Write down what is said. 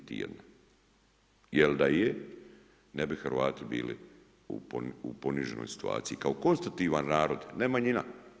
Niti i jedno jel' da je, ne bi Hrvati bili u poniženoj situaciji kao konstitutivan narod ne manjina.